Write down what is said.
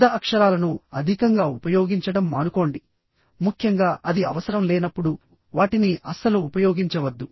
పెద్ద అక్షరాలను అధికంగా ఉపయోగించడం మానుకోండి ముఖ్యంగా అది అవసరం లేనప్పుడు వాటిని అస్సలు ఉపయోగించవద్దు